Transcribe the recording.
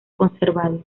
conservado